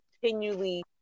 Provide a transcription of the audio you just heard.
continually